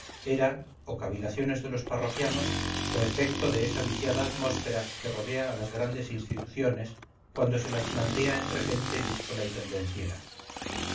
era o cavilaciones de los parroquianos o efecto de esa viciada atmósfera que rodea a las grandes instituciones cuando se las plantea entre gente díscola y